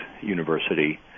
university